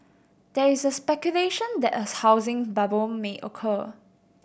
there is speculation that a housing bubble may occur